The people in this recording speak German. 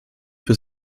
für